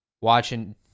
watching